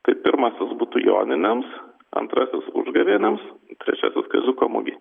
tai pirmasis būtų joninėms antrasis užgavėnėms trečiasis kaziuko mugei